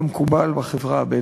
כמקובל בחברה הבדואית.